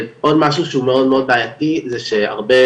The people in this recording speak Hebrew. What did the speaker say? עוד משהו שהוא מאוד מאוד בעייתי זה שהרבה